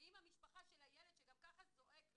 ועם המשפחה של הילד שגם ככה זועק לעזרה,